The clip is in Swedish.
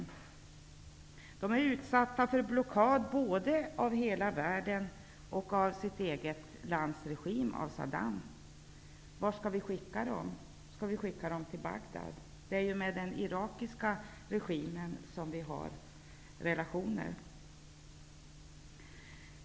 Kurderna är utsatta för en blockad både av hela världen och av sitt eget lands regim, dvs. Saddam. Vart skall vi skicka dem -- till Bagdad? Det är ju med den irakiska regimen vi har våra relationer.